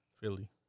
Philly